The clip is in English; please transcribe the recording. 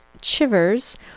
Chivers